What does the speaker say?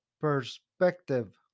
perspective